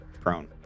prone